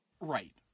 Right